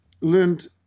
learned